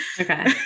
Okay